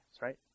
right